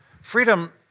freedom